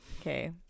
Okay